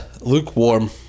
lukewarm